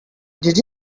did